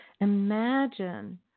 Imagine